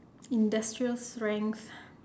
industrial strength